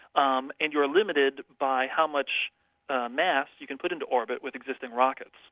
um and you're limited by how much mass you can put into orbit with existing rockets.